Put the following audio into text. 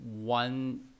one